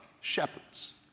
shepherds